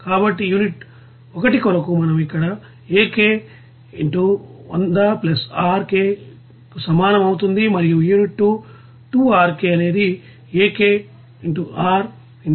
కాబట్టి యూనిట్ 1 కొరకు మనం ఇక్కడ Ak100 Rkకు సమానం అవుతుంది మరియు యూనిట్ 2 2 Rkఅనేది Ak r ఇన్టు కి సమానం